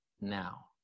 now